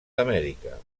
amèrica